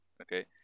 Okay